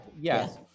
yes